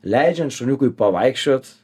leidžiant šuniukui pavaikščiot